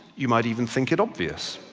you might even think it obvious,